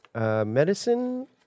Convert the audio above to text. medicine